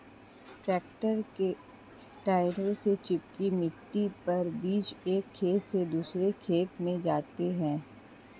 tractor के टायरों से चिपकी मिट्टी पर बीज एक खेत से दूसरे खेत में जाते है